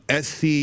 SC